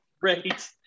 great